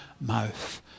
mouth